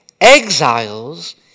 Exiles